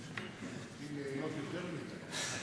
אתה מתחיל ליהנות יותר מדי.